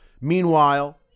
Meanwhile